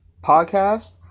podcast